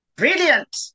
Brilliant